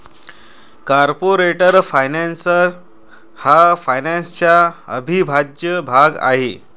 corporate finance हा फायनान्सचा अविभाज्य भाग आहे